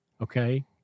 Okay